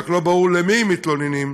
רק לא ברור למי הם מתלוננים.